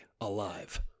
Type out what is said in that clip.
Alive